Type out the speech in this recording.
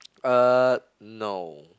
uh no